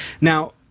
Now